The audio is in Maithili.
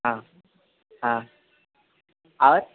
हँ हँ आओर